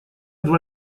два